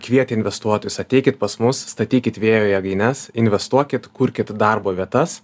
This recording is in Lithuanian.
kvietė investuotojus ateikit pas mus statykit vėjo jėgaines investuokit kurkit darbo vietas